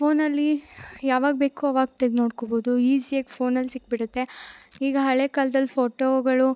ಫೋನಲ್ಲಿ ಯಾವಾಗ ಬೇಕೊ ಅವಾಗ ತೆಗ್ದು ನೋಡ್ಕೊಬೌದು ಈಸಿಯಾಗಿ ಫೋನಲ್ಲಿ ಸಿಕ್ಕಿಬಿಡುತ್ತೆ ಈಗ ಹಳೆಕಾಲ್ದಲ್ಲಿ ಫೋಟೊಗಳು